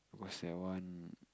what's that one